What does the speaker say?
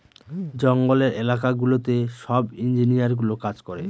জঙ্গলের এলাকা গুলোতে সব ইঞ্জিনিয়ারগুলো কাজ করে